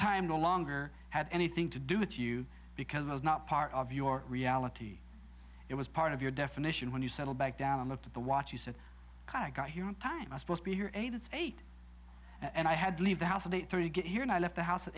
time no longer had anything to do with you because it was not part of your reality it was part of your definition when you settle back down and looked at the watch you said i got here on time as opposed to here and it's eight and i had to leave the house at eight thirty get here and i left the house at